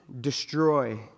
destroy